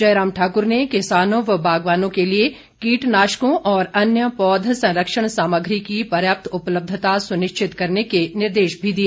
जयराम ठाकुर ने किसानों व बागवानों के लिए कीटनाशकों और अन्य पौध संरक्षण सामग्री की पर्याप्त उपलब्धता सुनिश्चित करने के निर्देश भी दिए